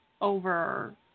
over